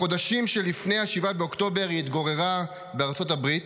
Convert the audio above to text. בחודשים שלפני 7 באוקטובר היא התגוררה בארצות הברית,